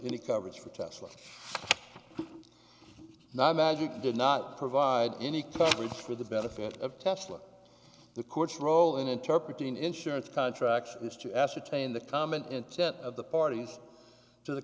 any coverage for tesla not magic did not provide any coverage for the benefit of tesla the court's role in interpretation insurance contract is to ascertain the common intent of the parties to the